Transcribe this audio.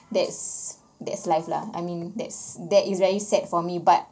that's that's life lah I mean that's that is very sad for me but